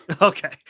Okay